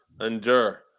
Endure